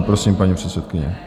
Prosím, paní předsedkyně.